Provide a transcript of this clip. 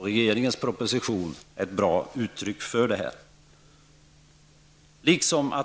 Regeringens proposition är ett bra uttryck för detta.